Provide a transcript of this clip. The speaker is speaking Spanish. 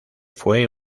fue